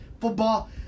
football